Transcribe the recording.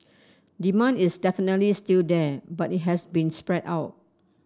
demand is definitely still there but it has been spread out